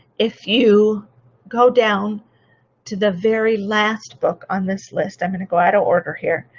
if you go down to the very last book on this list, i'm going to go out of order here,